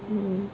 mm